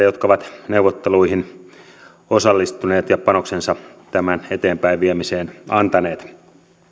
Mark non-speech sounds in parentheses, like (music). (unintelligible) jotka ovat neuvotteluihin osallistuneet ja panoksensa tämän eteenpäinviemiseen antaneet